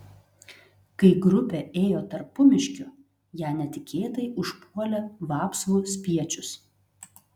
kai grupė ėjo tarpumiškiu ją netikėtai užpuolė vapsvų spiečius